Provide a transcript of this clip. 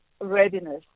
readiness